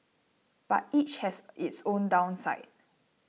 but each has its own downside